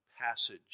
passage